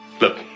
Look